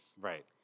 Right